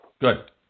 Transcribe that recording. Good